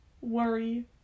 worry